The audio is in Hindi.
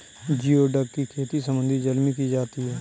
जिओडक की खेती समुद्री जल में की जाती है